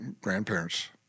grandparents